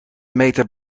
meter